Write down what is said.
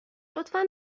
لطفا